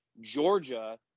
Georgia